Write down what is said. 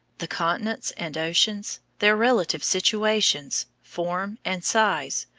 the continents and oceans, their relative situations, form, and size,